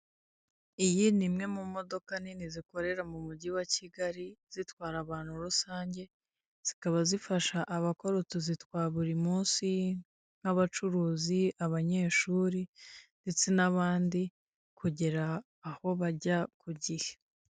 Iyi ni imwe mu modoka nini zikorera mu mugi wa Kigali, zitwara abantu rusange, zikaba zifasha abakora utuzi twa buri munsi; nk'abacuruzi, abanyeshuri, ndetse n'abandi, kugera aho bajya ku gihe.